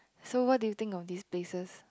so what do you think of these places